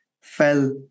fell